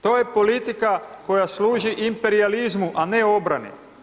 To je politika koja služi imperijalizmu, a ne obrani.